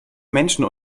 menschen